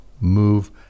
move